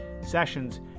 sessions